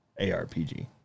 ARPG